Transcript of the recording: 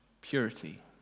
purity